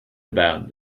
about